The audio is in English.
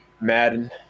Madden